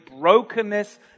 brokenness